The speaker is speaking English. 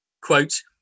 quote